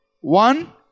one